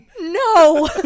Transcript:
No